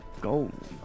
gold